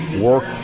work